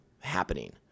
happening